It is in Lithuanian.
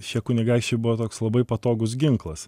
šie kunigaikščiai buvo toks labai patogūs ginklas